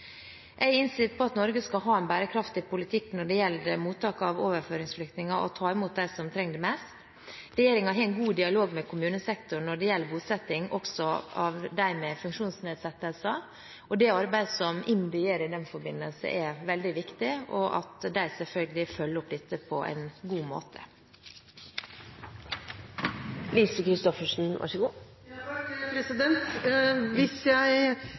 Jeg er innstilt på at Norge skal ha en bærekraftig politikk når det gjelder mottak av overføringsflyktninger, og ta imot dem som trenger det mest. Regjeringen har en god dialog med kommunesektoren når det gjelder bosetting også av dem med funksjonsnedsettelser. Det arbeidet som IMDi gjør i den forbindelse, er veldig viktig, og også at de selvfølgelig følger opp dette på en god måte. Hvis jeg tolker statsråden rett, oppfatter jeg det sånn at statsråden for så